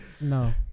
No